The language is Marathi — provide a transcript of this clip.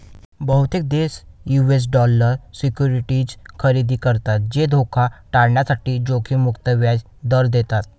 बहुतेक देश यू.एस डॉलर सिक्युरिटीज खरेदी करतात जे धोका टाळण्यासाठी जोखीम मुक्त व्याज दर देतात